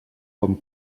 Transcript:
com